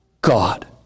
God